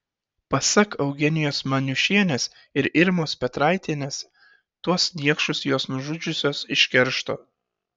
pasak eugenijos maniušienės ir irmos petraitienės tuos niekšus jos nužudžiusios iš keršto